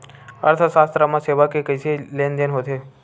अर्थशास्त्र मा सेवा के कइसे लेनदेन होथे?